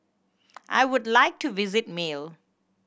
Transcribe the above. I would like to visit Male